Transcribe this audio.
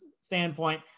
standpoint